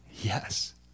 Yes